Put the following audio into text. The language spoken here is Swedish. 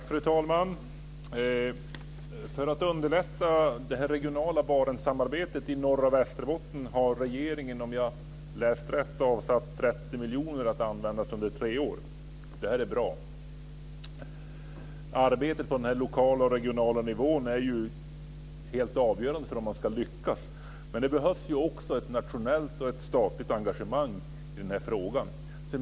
Fru talman! För att underlätta det regionala Barentssamarbetet i norra Västerbotten har regeringen, om jag har läst rätt, avsatt 30 miljoner att användas under tre år. Det är bra. Arbetet på den lokala och regionala nivån är ju helt avgörande för om man ska lyckas. Men det behövs ju också ett nationellt och ett statligt engagemang i den här frågan.